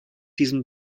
diesem